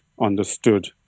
understood